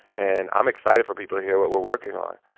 and i'm excited for people to hear what we're working on.